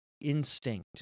instinct